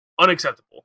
unacceptable